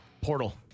portal